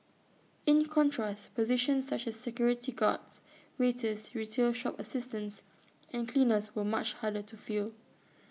in contrast positions such as security guards waiters retail shop assistants and cleaners were much harder to fill